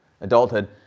adulthood